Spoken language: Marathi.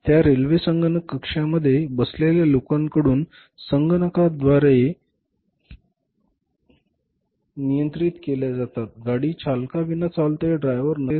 त्या रेल्वे संगणक कक्षामध्ये बसलेल्या लोकांकडून संगणकाद्वारे नियंत्रित केल्या जातात गाडी चालकाविना चालते ड्रायव्हर नसतेच